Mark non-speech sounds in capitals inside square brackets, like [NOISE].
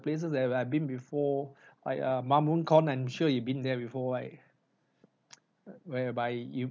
places that where I've been before like uh mamunkon I'm sure you've been there before right [NOISE] whereby you